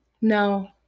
No